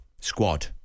squad